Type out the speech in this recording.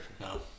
No